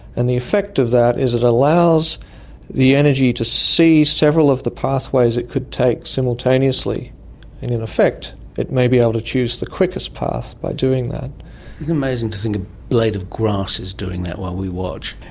and the effect of that is it allows the energy to see several of the pathways it would take simultaneously and in effect it may be able to choose the quickest path by doing that. isn't it amazing to think a blade of grass is doing that while we watch.